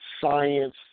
science